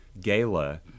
gala